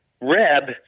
Reb